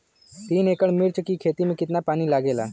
तीन एकड़ मिर्च की खेती में कितना पानी लागेला?